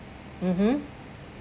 mmhmm